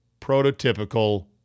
prototypical